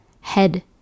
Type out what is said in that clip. head